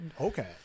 okay